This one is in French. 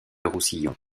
roussillon